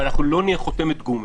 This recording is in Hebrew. אבל אנחנו לא נהיה חותמת גומי.